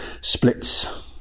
splits